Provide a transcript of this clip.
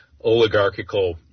oligarchical